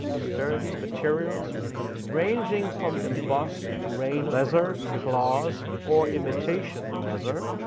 sturdy materials ranging from embossed grain, leather, cloths, or imitation leather,